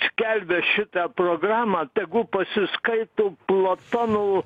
skelbia šitą programą tegu pasiskaito platono